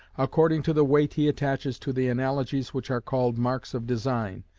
according to the weight he attaches to the analogies which are called marks of design,